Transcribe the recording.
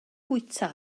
fwyta